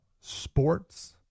sports